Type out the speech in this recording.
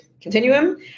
Continuum